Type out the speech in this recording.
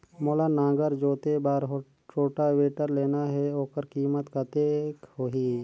मोला नागर जोते बार रोटावेटर लेना हे ओकर कीमत कतेक होही?